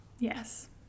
Yes